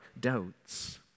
doubts